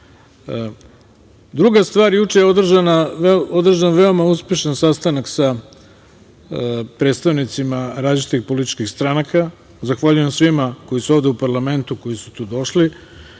tako. Druga stvar, juče je održan veoma uspešan sastanak sa predstavnicima različitih političkih stranaka. Zahvaljujem svima koji su ovde u parlamentu, koji su tu došli.